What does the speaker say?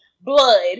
Blood